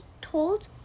told